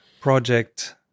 project